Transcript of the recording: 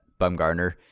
Bumgarner